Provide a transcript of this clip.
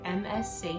msc